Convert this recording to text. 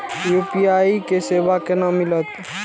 UPI के सेवा केना मिलत?